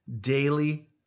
daily